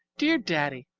dear daddy,